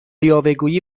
یاوهگویی